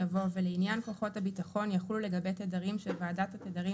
יבוא ולעניין כוחות הביטחון יחול לגבי תדרים שוועדת התדרים